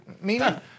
meaning